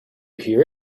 hear